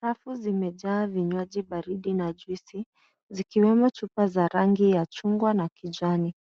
Rafu zimejaa vinywaji baridi na juisi zikiwemo chupa za rangi ya chungwa na kijani.